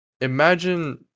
imagine